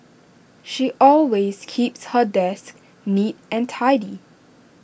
she always keeps her desk neat and tidy